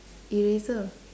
eraser